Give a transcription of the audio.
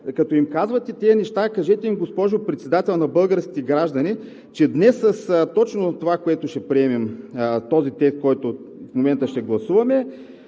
Като им казвате тези неща, кажете, госпожо Председател, на българските граждани, че днес с това, което ще приемем – този текст, който в момента ще гласуваме,